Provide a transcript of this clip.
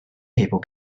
people